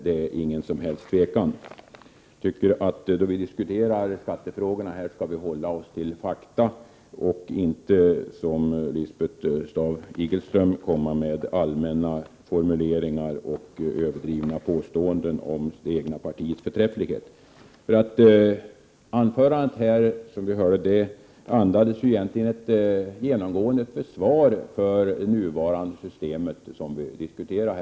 Därom råder inget som helst tvivel. När vi diskuterar skattefrågor här skall vi hålla oss till fakta och inte, som Lisbeth Staaf-Igelström gjorde, komma med allmänna formuleringar och överdrivna påståenden om det egna partiets förträfflighet. Lisbeth Staaf-Igelströms anförande andades egentligen genomgående ett försvar av det nuvarande systemet, som nu diskuteras.